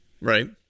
right